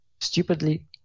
stupidly